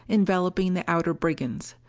enveloping the outer brigands.